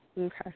Okay